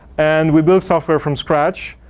and we built software from scratch.